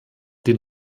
den